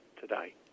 today